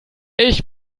ich